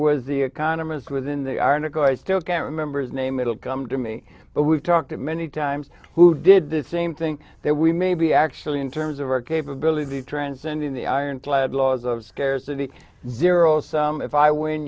was the economist within the article i still can't remember his name it'll come to me but we've talked many times who did the same thing that we may be actually in terms of our capability transcending the ironclad laws of scarcity zero sum if i when